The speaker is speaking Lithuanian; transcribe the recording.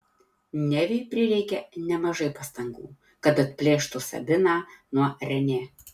neviui prireikė nemažai pastangų kad atplėštų sabiną nuo renė